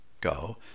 Go